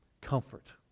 comfort